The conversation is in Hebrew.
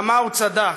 כמה הוא צדק.